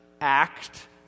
act